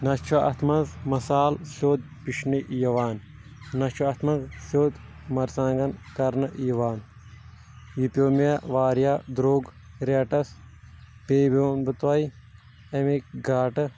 نہَ چھُ اَتھ منٛز مصالہٕ سیوٚد پِشنہٕ یوان نہَ چھُ اَتھ منٛز سیوٚد مرژٕروانٛگن کَرنہٕ یوان یہِ پٮ۪و مےٚ واریاہ درٛۅگ ریٹس بیٚیہِ پٮ۪وم بہٕ تۅہہِ امٮُ۪ک گاٹہٕ